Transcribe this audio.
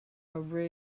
peru